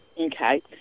Okay